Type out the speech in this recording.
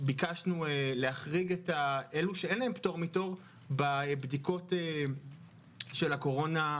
ביקשנו להחריג את אלו שאין להם פטור מתור בבדיקות של הקורונה,